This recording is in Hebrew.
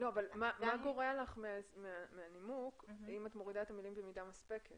מה גורע לך מהנימוק אם את מורידה את המילים "במידה מספקת"?